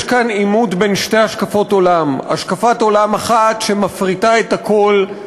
יש כאן עימות בין שתי השקפות עולם: השקפת עולם אחת שמפריטה את הכול,